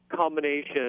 combination